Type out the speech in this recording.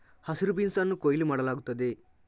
ಹಸಿರು ಬೀನ್ಸ್ ಅನ್ನು ಕೊಯ್ಲು ಮಾಡಲಾಗುತ್ತದೆ